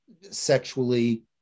sexually